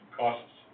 costs